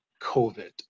COVID